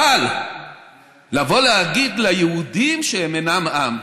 אבל לבוא להגיד ליהודים שהם אינם עם,